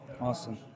Awesome